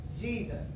Jesus